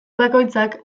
bakoitzak